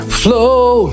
flow